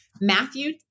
Matthew